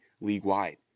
league-wide